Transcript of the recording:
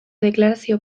deklarazio